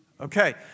Okay